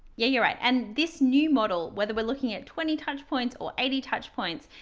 yeah you're right. and this new model, whether we're looking at twenty touchpoints or eighty touchpoints,